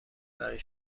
برای